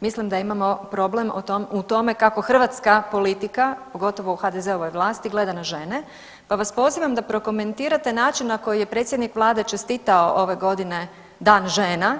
Mislim da imamo problem u tome kako hrvatska politika, pogotovo u HDZ-ovoj vlasti gleda na žene, pa vas pozivam da prokomentirate način na koji je predsjednik Vlade čestitao ove godine Dan žena